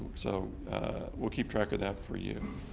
so we'll keep track of that for you.